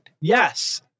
Yes